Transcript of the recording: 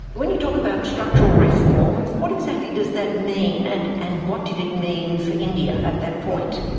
when you talk about structural reform, what exactly does that mean and and what did it mean for india at that point?